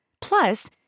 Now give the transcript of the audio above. Plus